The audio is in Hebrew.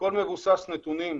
הכול מבוסס נתונים.